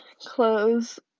clothes